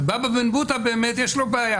ולבבא בן בוטא באמת יש בעיה.